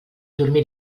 dormir